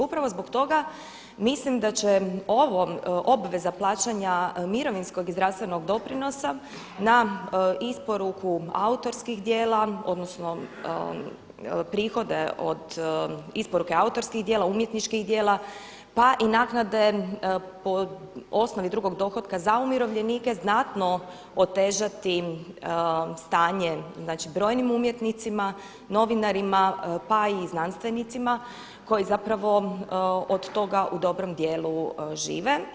Upravo zbog toga mislim da će ovo, obveza plaćanja mirovinskog i zdravstvenog doprinosa na isporuku autorskih djela, odnosno prihode od isporuke autorskih djela, umjetničkih djela pa i naknade po osnovi drugog dohotka za umirovljenike znatno otežati stanje znači brojnim umjetnicima, novinarima pa i znanstvenicima koji zapravo od toga u dobrom djelu žive.